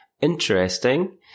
interesting